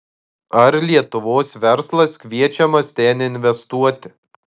ar lietuvos verslas kviečiamas ten investuoti